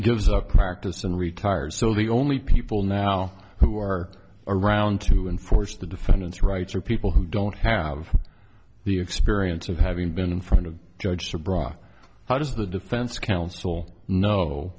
gives up practice and retires so the only people now who are around to enforce the defendant's rights are people who don't have the experience of having been in front of judge for brock how does the defense counsel kno